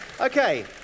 okay